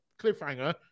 cliffhanger